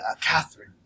Catherine